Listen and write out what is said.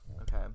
Okay